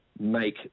make